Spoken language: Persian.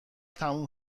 تموم